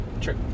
True